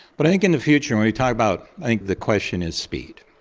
but i think in the future when we talk about, i think the question is speed.